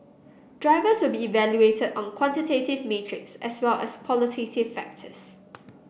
drivers will be evaluated on quantitative metrics as well as qualitative factors